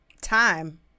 Time